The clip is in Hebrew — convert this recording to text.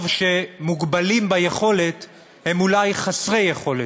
שמוגבלים ביכולת הם אולי חסרי יכולת,